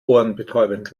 ohrenbetäubend